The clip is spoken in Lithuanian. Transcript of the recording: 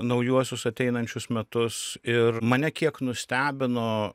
naujuosius ateinančius metus ir mane kiek nustebino